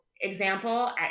example